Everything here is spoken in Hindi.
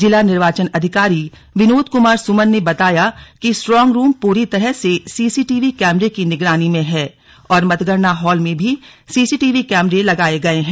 जिला निर्वाचन अधिकारी विनोद कुमार सुमन ने बताया की स्ट्रांग रूम पूरी तरह से सीसीटीवी कैमरे की निगरानी में है और मतगणना हॉल में भी सीसीटीवी कैमरे लगाए गए हैं